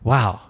Wow